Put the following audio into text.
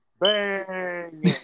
Bang